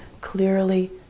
clearly